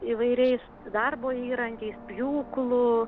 įvairiais darbo įrankiais pjūklu